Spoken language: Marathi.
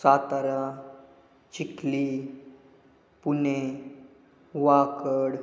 सातारा चिखली पुणे वाकड